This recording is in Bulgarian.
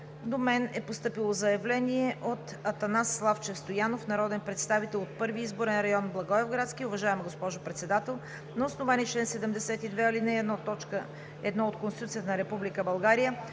До мен е постъпило заявление от Атанас Славчев Стоянов – народен представител от Първи изборен район – Благоевградски: „Уважаема госпожо Председател, на основание чл. 72, ал. 1, т. 1 от Конституцията на Република България